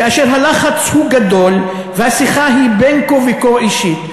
כאשר הלחץ הוא גדול והשיחה היא בין כה וכה אישית.